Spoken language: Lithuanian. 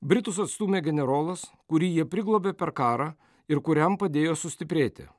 britus atstūmė generolas kurį jie priglobė per karą ir kuriam padėjo sustiprėti